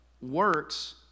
Works